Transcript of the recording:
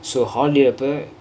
so holiday அப்ப:appa